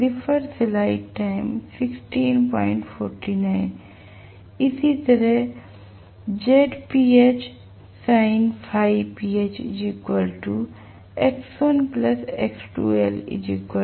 इसी तरह